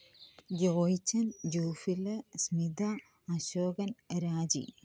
ജോയിച്ചൻ ജോഫിൽ സ്മിത അശോകൻ രാജി